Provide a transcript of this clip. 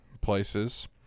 places